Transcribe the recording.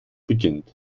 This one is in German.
beginnt